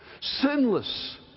sinless